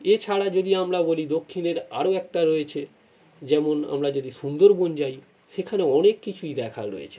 এছাড়া যদি আমরা বলি দক্ষিণের আরো একটা রয়েছে যেমন আমরা যদি সুন্দরবন যাই সেখানে অনেক কিছুই দেখার রয়েছে